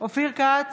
אופיר כץ,